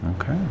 Okay